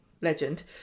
legend